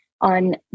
on